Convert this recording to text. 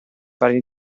fare